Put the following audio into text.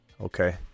okay